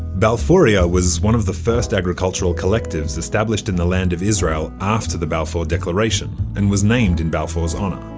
balfouria was one of the first agricultural collectives established in the land of israel after the balfour declaration and was named in balfour's honour.